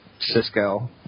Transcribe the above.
Cisco